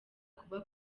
kuba